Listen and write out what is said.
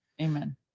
Amen